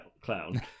clown